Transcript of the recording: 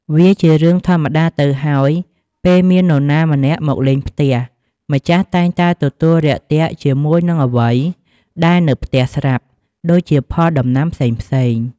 វាជារឿងធម្មតាទៅហើយពេលមាននរណាម្នាក់មកលេងផ្ទះ ម្ចាស់តែងតែទទួលរាក់ទាក់ជាមួយនឹងអ្វីដែរនៅផ្ទះស្រាប់ ដូចជាផលដំណាំផ្សេងៗ។